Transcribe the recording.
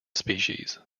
species